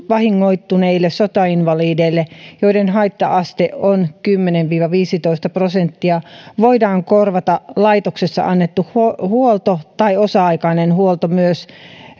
vahingoittuneille sotainvalideille joiden haitta aste on kymmenen viiva viisitoista prosenttia voidaan korvata laitoksessa annettu huolto tai osa aikainen huolto myös